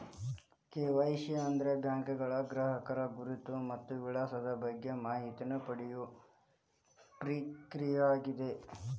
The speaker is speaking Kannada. ಕೆ.ವಾಯ್.ಸಿ ಅಂದ್ರ ಬ್ಯಾಂಕ್ಗಳ ಗ್ರಾಹಕರ ಗುರುತು ಮತ್ತ ವಿಳಾಸದ ಬಗ್ಗೆ ಮಾಹಿತಿನ ಪಡಿಯೋ ಪ್ರಕ್ರಿಯೆಯಾಗ್ಯದ